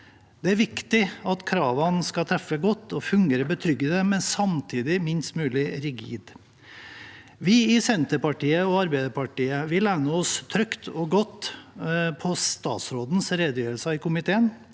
Det er viktig at kravene skal treffe godt og fungere betryggende, men samtidig være minst mulig rigide. Vi i Senterpartiet og Arbeiderpartiet lener oss trygt og godt på statsrådens redegjørelse for komiteen.